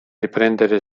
riprendere